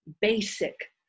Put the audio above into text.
basic